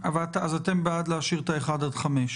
אתם בעד להשאיר את ה-1 עד 5?